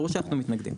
ברור שאנחנו מתנגדים.